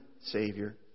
Savior